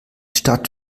stadt